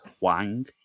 Wang